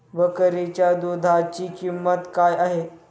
बकरीच्या दूधाची किंमत काय आहे?